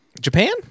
Japan